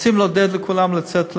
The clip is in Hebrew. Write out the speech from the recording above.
רוצים לעודד את כולם לצאת לעבוד.